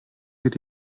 geht